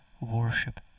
worship